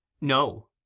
No